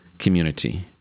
community